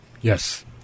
yes